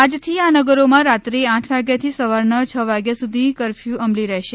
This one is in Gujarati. આજથી આ નગરોમાં રાત્રે આઠ વાગ્યાથી સવારના છ વાગ્યા સુધી કર્ફયુ અમલી રહેશે